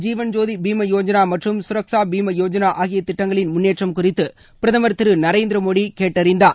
ஜீவன்ஜோதி பீமா யோஜனா மற்றும் சுரக்ஷா பீமா யோஜனா ஆகிய திட்டங்களின் முன்னேற்றம் குறித்து பிரதமர் திரு நரேந்திரமோடி கேட்டறிந்தார்